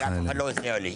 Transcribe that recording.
כן, אבל אף אחד לא עוזר לי.